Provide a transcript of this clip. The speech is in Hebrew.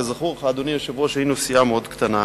כזכור לך, אדוני היושב-ראש, היינו סיעה מאוד קטנה.